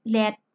let